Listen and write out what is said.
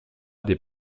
des